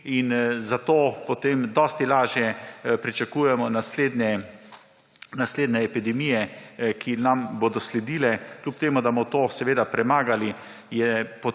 Zato potem dosti lažje pričakujemo naslednje epidemije, ki nam bodo sledile, kljub temu da bomo to premagali,